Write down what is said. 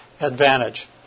advantage